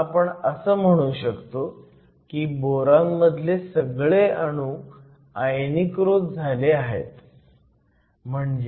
म्हणून आपण असं म्हणू शकतो की बोरॉन मधले सगळे अणू आयनीकृत झाले आहेत